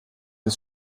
des